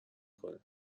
کنه